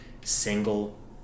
single